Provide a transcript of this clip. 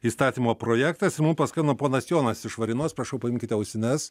įstatymo projektas ir mum paskambino ponas jonas iš varėnos prašau paimkite ausines